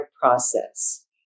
process